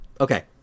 Okay